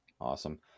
awesome